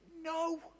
No